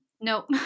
Nope